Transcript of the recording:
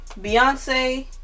Beyonce